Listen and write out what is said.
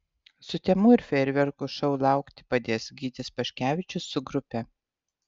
sutemų ir fejerverkų šou laukti padės gytis paškevičius su grupe